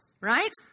right